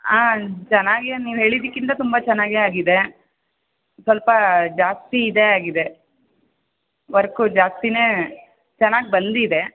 ಹಾಂ ಚೆನ್ನಾಗಿ ನೀವು ಹೇಳಿದ್ದಕ್ಕಿಂತ ತುಂಬ ಚೆನ್ನಾಗೇ ಆಗಿದೆ ಸ್ವಲ್ಪ ಜಾಸ್ತಿ ಇದೇ ಆಗಿದೆ ವರ್ಕ್ ಜಾಸ್ತಿಯೇ ಚೆನ್ನಾಗಿ ಬಂದಿದೆ